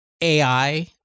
AI